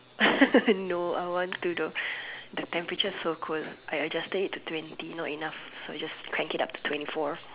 no I want to know the temperature so cold I adjusted it to twenty not enough so I just crank it up to twenty four